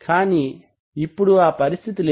కానీ ఇప్పుడు ఆ పరిస్తితి లేదు